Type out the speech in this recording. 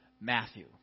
Matthew